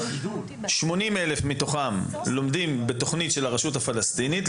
80 אלף לומדים בתוכנית של הרשות הפלסטינית,